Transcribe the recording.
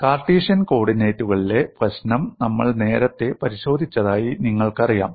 Cartesian കോർഡിനേറ്റുകളിലെ പ്രശ്നം നമ്മൾ നേരത്തെ പരിശോധിച്ചതായി നിങ്ങൾക്കറിയാം